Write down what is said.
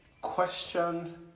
question